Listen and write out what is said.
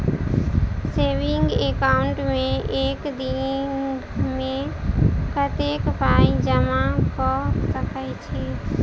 Saving account मे एक दिनमे कतेक पाई जमा कऽ सकैत छी?